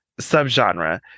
subgenre